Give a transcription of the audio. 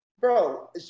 Bro